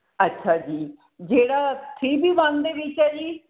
ਅੱਛਾ ਜੀ ਜਿਹੜਾ ਥ੍ਰੀ ਬੀ ਵਨ ਦੇ ਵਿੱਚ ਹੈ ਜੀ